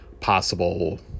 possible